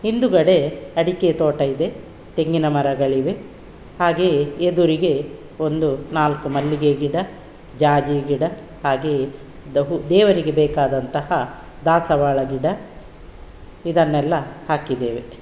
ಹಿಂದುಗಡೆ ಅಡಿಕೆ ತೋಟ ಇದೆ ತೆಂಗಿನ ಮರಗಳಿವೆ ಹಾಗೆಯೇ ಎದುರಿಗೆ ಒಂದು ನಾಲ್ಕು ಮಲ್ಲಿಗೆ ಗಿಡ ಜಾಜಿ ಗಿಡ ಹಾಗೆಯೇ ದಹು ದೇವರಿಗೆ ಬೇಕಾದಂತಹ ದಾಸವಾಳ ಗಿಡ ಇದನ್ನೆಲ್ಲ ಹಾಕಿದ್ದೇವೆ